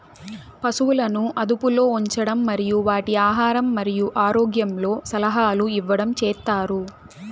పసువులను అదుపులో ఉంచడం మరియు వాటి ఆహారం మరియు ఆరోగ్యంలో సలహాలు ఇవ్వడం చేత్తారు